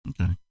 okay